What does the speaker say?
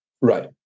Right